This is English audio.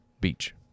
beach